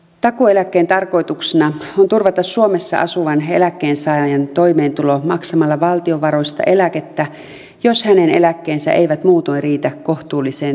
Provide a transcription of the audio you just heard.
takuueläkkeen tarkoituksena on turvata suomessa asuvan eläkkeensaajan toimeentulo maksamalla valtion varoista eläkettä jos hänen eläkkeensä eivät muutoin riitä kohtuulliseen toimeentuloon